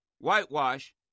whitewash